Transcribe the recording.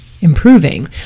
improving